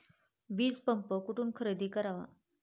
वीजपंप कुठून खरेदी करावा?